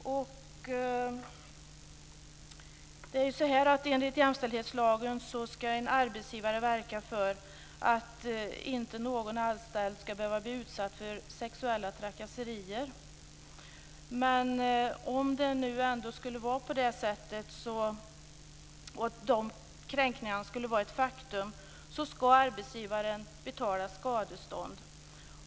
Enligt jämställdhetslagen ska en arbetsgivare verka för att inte någon anställd ska behöva bli utsatt för sexuella trakasserier. Men om det ändå skulle ske och kränkningarna skulle vara ett faktum, ska arbetsgivaren betala skadestånd.